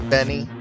Benny